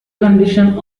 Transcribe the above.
conditioning